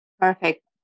Perfect